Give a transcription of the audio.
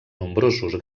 nombrosos